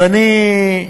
אז אני,